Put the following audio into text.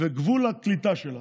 ועל גבול הקליטה שלה,